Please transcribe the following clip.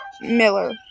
miller